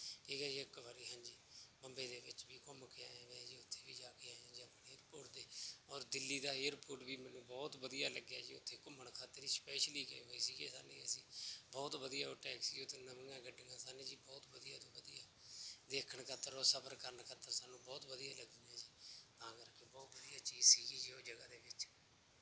ਠੀਕ ਹੈ ਜੀ ਇੱਕ ਵਾਰੀ ਹਾਂਜੀ ਬੰਬੇ ਦੇ ਵਿੱਚ ਵੀ ਘੁੰਮ ਕੇ ਆਇਆ ਜਿਵੇਂ ਜੀ ਉੱਥੇ ਵੀ ਜਾ ਕੇ ਆਇਆ ਜੀ ਏਅਰਪੋਟ 'ਤੇ ਔਰ ਦਿੱਲੀ ਦਾ ਏਅਰਪੋਟ ਵੀ ਮੈਨੂੰ ਬਹੁਤ ਵਧੀਆ ਲੱਗਿਆ ਜੀ ਉੱਥੇ ਘੁੰਮਣ ਖਾਤਰ ਜੀ ਸਪੈਸ਼ਲੀ ਗਏ ਹੋਏ ਸੀਗੇ ਸਾਰੇ ਅਸੀਂ ਬਹੁਤ ਵਧੀਆ ਹੋਟੇਲ ਸੀਗੇ ਉੱਥੇ ਨਵੀਆਂ ਗੱਡੀਆਂ ਸਨ ਜੀ ਬਹੁਤ ਵਧੀਆ ਤੋਂ ਵਧੀਆ ਦੇਖਣ ਖਾਤਰ ਔਰ ਸਬਰ ਕਰਨ ਖਾਤਰ ਸਾਨੂੰ ਬਹੁਤ ਵਧੀਆ ਲੱਗਿਆ ਜੀ ਤਾਂ ਕਰਕੇ ਬਹੁਤ ਵਧੀਆ ਚੀਜ਼ ਸੀਗੀ ਜੀ ਉਹ ਜਗ੍ਹਾ ਦੇ ਵਿੱਚ